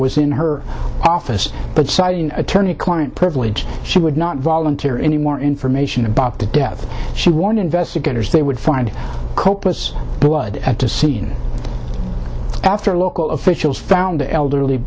was in her office but citing attorney client privilege she would not volunteer any more information about the death she warned investigators they would find copas blood at the scene after local officials found the elderly